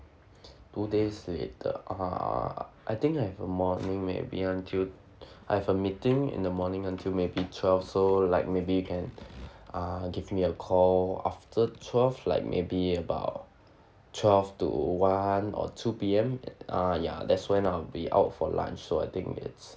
two days later uh I think I have a morning maybe until I've a meeting in the morning until maybe twelve so like maybe you can uh give me a call after twelve like maybe about twelve to one or two P_M uh ya that's when I'll be out for lunch so I think it's